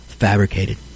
Fabricated